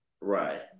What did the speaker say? Right